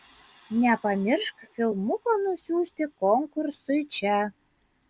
nepamiršk filmuko nusiųsti konkursui čia